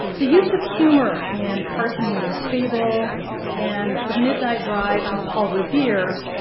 the use of humor in parson weems' fable and the midnight ride of paul revere,